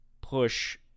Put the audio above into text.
push